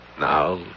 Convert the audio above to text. Now